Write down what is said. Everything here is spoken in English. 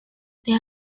they